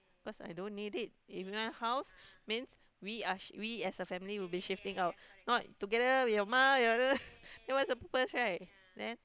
cause I don't need it if you want house means we are we as a family will be shifting out not together with your mum your then what is the purpose right